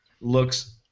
looks